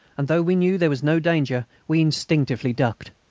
and, though we knew there was no danger, we instinctively ducked.